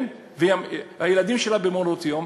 הילדים שלה במעונות-יום,